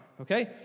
okay